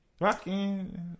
Rocking